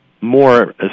more